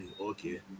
Okay